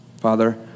Father